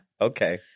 Okay